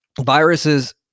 viruses